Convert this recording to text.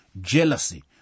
Jealousy